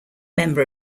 member